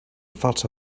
falsa